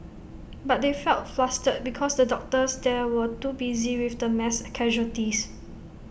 but they felt flustered because the doctors there were too busy with the mass casualties